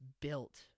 built